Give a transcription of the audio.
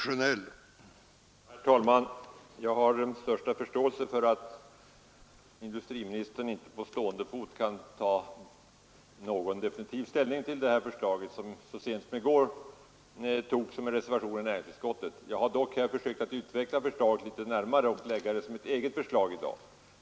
Herr talman! Jag har den största förståelse för att industriministern inte på stående fot kan ta någon definitiv ställning till detta förslag, som så sent som i går togs som en reservation i näringsutskottet. Jag har dock i dag försökt utveckla förslaget litet närmare och lägga fram det som mitt eget förslag.